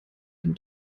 dem